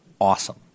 awesome